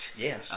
Yes